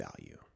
value